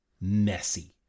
messy